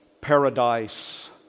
Paradise